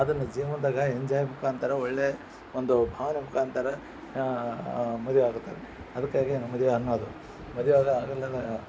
ಅದನ್ನು ಜೀವನದಾಗ ಎಂಜಾಯ್ ಮುಖಾಂತರ ಒಳ್ಳೇ ಒಂದು ಭಾವನೆ ಮುಖಾಂತರ ಮದುವೆ ಆಗುತ್ತಾರೆ ಅದಕ್ಕಾಗಿ ಮದುವೆ ಅನ್ನೋದು ಮದುವೆಯಾಗ ಅದರಲ್ಲೆಲ್ಲ